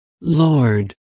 Lord